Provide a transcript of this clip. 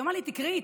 הוא אמר לי: תקראי.